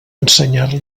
ensenyar